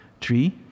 Three